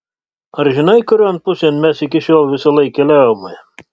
ar žinai kurion pusėn mes iki šiol visąlaik keliavome